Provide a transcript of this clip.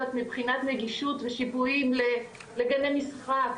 מבחינת נגישות ושיפועים לגני משחק,